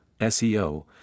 SEO